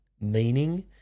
meaning